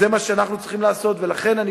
וזה מה שאנחנו צריכים לעשות.